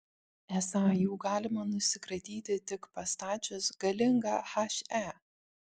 esą jų galima nusikratyti tik pastačius galingą he